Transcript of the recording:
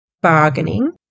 bargaining